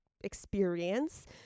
experience